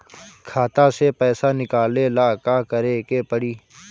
खाता से पैसा निकाले ला का करे के पड़ी?